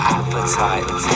appetite